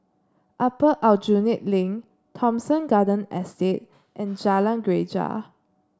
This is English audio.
Upper Aljunied Link Thomson Garden Estate and Jalan Greja